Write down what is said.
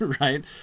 right